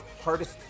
hardest